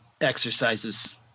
exercises